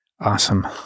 awesome